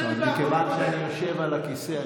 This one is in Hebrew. מכיוון שאני יושב על הכיסא,